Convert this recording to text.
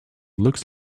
looks